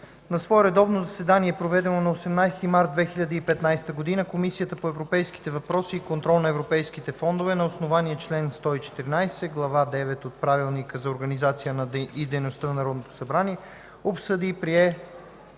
„На свое редовно заседание, проведено на 18 март 2015 г., Комисията по европейските въпроси и контрол на европейските фондове на основание чл. 114, Глава ХІ от Правилника за организацията и дейността на Народно събрание обсъди и прие